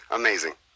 amazing